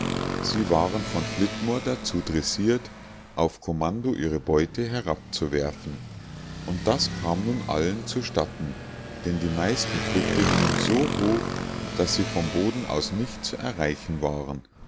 sie waren von flitmore dazu dressiert auf kommando ihre beute herabzuwerfen und das kam nun allen zu statten denn die meisten früchte hingen so hoch daß sie vom boden aus nicht zu erreichen waren